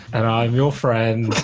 and i'm your friend.